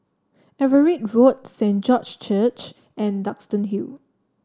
Everitt Road Saint George Church and Duxton Hill